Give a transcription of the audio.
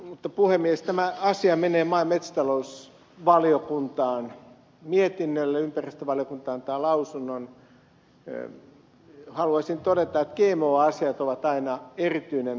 mutta puhemies kun tämä asia menee maa ja metsätalousvaliokuntaan mietinnölle ja ympäristövaliokunta antaa lausunnon haluaisin todeta että gmo asiat ovat aina erityinen asia